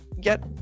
get